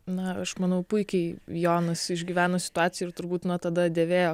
na aš manau puikiai jonas išgyveno situaciją ir turbūt nuo tada dėvėjo